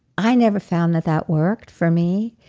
i never found that, that worked for me.